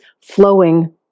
flowing